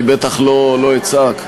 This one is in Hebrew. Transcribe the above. אני בטח לא אצעק.